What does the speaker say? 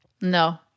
No